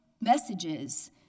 messages